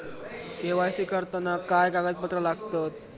KYC करताना काय कागदपत्रा लागतत?